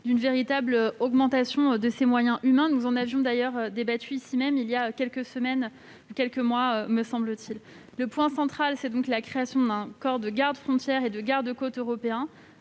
d'une véritable augmentation de ses moyens humains. Nous en avions d'ailleurs débattu ici même, me semble-t-il, voilà quelques semaines ou quelques mois. Le point central est la création d'un corps de garde-frontières et de garde-côtes européen,